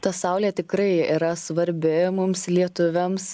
ta saulė tikrai yra svarbi mums lietuviams